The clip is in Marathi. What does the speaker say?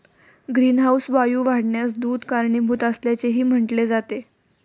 ग्रीनहाऊस वायू वाढण्यास दूध कारणीभूत असल्याचेही म्हटले आहे